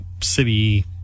city